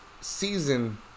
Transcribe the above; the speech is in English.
season